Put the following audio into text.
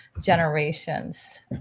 generations